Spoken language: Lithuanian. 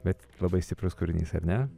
bet labai stiprus kūrinys ar ne